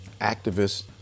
activists